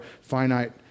finite